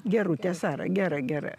gerutė sara gera gera